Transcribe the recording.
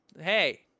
hey